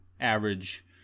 average